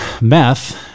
meth